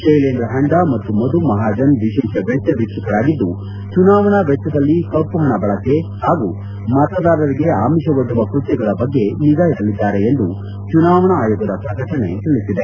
ಶೈಲೇಂದ್ರ ಹಂಡ ಮತ್ತು ಮಧು ಮಹಾಜನ್ ವಿಶೇಷ ವೆಜ್ವ ವೀಕ್ಷಕರಾಗಿದ್ದು ಚುನಾವಣಾ ವೆಜ್ವದಲ್ಲಿ ಕಪ್ಪು ಹಣ ಬಳಕೆ ಹಾಗೂ ಮತದಾರರಿಗೆ ಆಮಿಷ ಒಡ್ಡುವ ಕೃತ್ಯಗಳ ಬಗ್ಗೆ ನಿಗಾ ಇಡಲಿದ್ದಾರೆ ಎಂದು ಚುನಾವಣಾ ಆಯೋಗದ ಪ್ರಕಟಣೆ ತಿಳಿಸಿದೆ